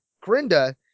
Corinda